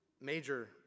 major